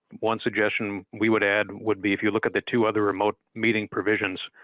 one suggestion we would add would be if you look at the two other remote meeting provisions.